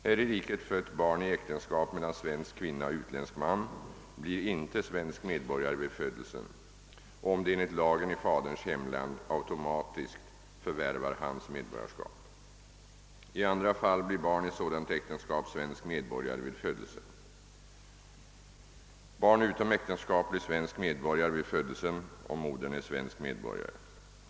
Här i riket fött barn i äktenskap mellan svensk kvinna och utländsk man blir inte svensk medborgare vid födelsen, om det enligt lagen i faderns hemland automatiskt förvärvar hans medborgarskap. I andra fall blir barn i så dant äktenskap svensk medborgare vid födelsen. Barn utom äktenskap blir svensk medborgare vid födelsen om modern är svensk medborgare.